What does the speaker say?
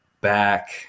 back